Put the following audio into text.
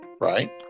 right